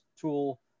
tool